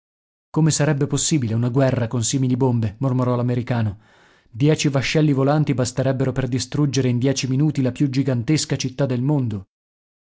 come sarebbe possibile una guerra con simili bombe mormorò l'americano dieci vascelli volanti basterebbero per distruggere in dieci minuti la più gigantesca città del mondo